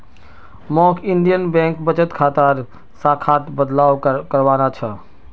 मौक Indian Bank बचत खातार शाखात बदलाव करवाना छ